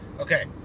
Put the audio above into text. Okay